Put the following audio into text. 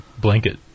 blanket